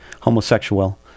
homosexual